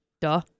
Duh